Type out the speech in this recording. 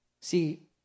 See